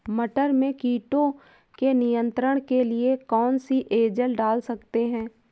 मटर में कीटों के नियंत्रण के लिए कौन सी एजल डाल सकते हैं?